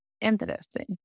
Interesting